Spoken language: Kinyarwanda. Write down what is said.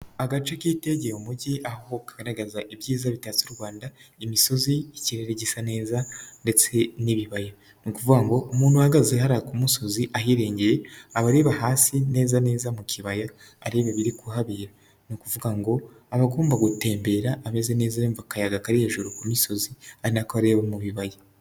Agace kitegeye umujyi aho kagaragaza ibyiza bitatse u Rwanda, imisozi, ikirere gisa neza ndetse n'ibibaya. Ni ukuvuga ngo umuntu uhagaze hariya ku musozi ahirengeye aba areba hasi neza neza mu kibaya areba ibiri kuhabiye, ni ukuvuga ngo aba agomba gutembera ameze neza yumva akayaga kari hejuru ku misozi ari na ko areba mu bibaya.